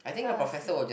fell asleep